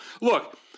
Look